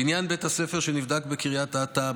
בעניין בית הספר שנבדק בקריית אתא,